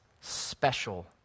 special